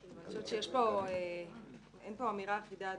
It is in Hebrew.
אדוני, אני חושבת שאין פה אמירה אחידה.